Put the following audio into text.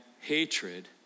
hatred